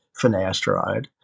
finasteride